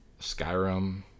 skyrim